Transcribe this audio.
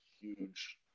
huge